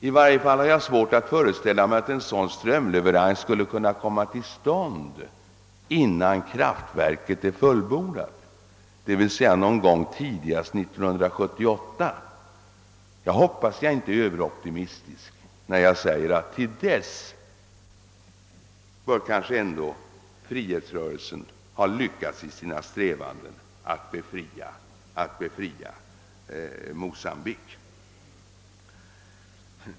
I varje fall har jag svårt att föreställa mig, att en sådan strömleverans skulle kunna komma till stånd innan kraftverket är fullbordat, d.v.s. tidigast 1978. Jag hoppas att jag inte är överoptimistisk när jag säger, att till dess bör ändå frihetsrörelsen ha lyckats i sina strävanden att befria Mocambique.